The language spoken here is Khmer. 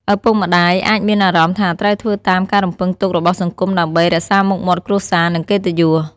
ឪពុកម្ដាយអាចមានអារម្មណ៍ថាត្រូវធ្វើតាមការរំពឹងទុករបស់សង្គមដើម្បី រក្សាមុខមាត់គ្រួសារ និងកិត្តិយស។